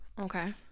Okay